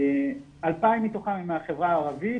2,000 מתוכם הם מהחברה הערבית,